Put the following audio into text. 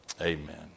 Amen